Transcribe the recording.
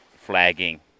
flagging